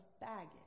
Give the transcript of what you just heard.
baggage